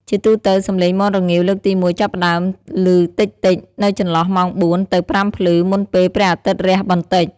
ជាទូទៅ សំឡេងមាន់រងាវលើកទីមួយចាប់ផ្ដើមលឺតិចៗនៅចន្លោះម៉ោង ៤ ទៅ ៥ ភ្លឺ មុនពេលព្រះអាទិត្យរះបន្តិច។